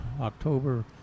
october